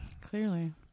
Clearly